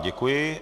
Děkuji.